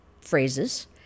phrases